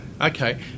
Okay